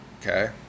okay